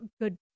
good